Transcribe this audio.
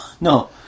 no